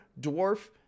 dwarf